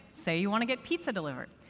say you want to get pizza delivered.